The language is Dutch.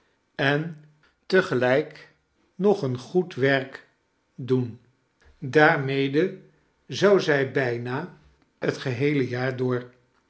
en te gelijk nog een goed werk doen daarmede zou zij bijna het geheele jaar door